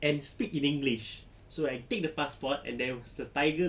and speak in english so I take the passport and there was a tiger